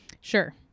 sure